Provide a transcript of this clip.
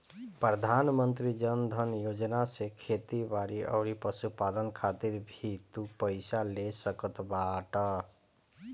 प्रधानमंत्री जन धन योजना से खेती बारी अउरी पशुपालन खातिर भी तू पईसा ले सकत बाटअ